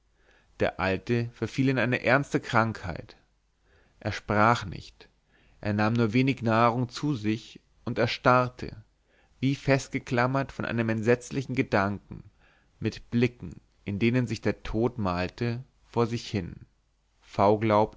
der alte verfiel in eine ernste krankheit er sprach nicht er nahm nur wenig nahrung zu sich und starrte wie festgeklammert von einem entsetzlichen gedanken mit blicken in denen sich der tod malte vor sich hin v glaubte